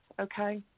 okay